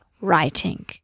writing